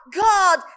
God